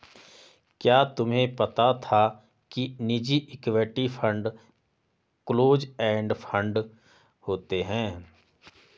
क्या तुम्हें पता था कि निजी equity fund close end fund होते हैं?